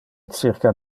circa